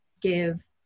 give